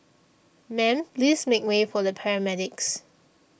ma'am please make way for the paramedics